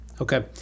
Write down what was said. okay